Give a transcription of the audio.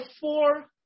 four